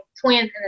twins